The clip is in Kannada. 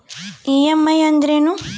ಇ.ಎಮ್.ಐ ಅಂದ್ರೇನು?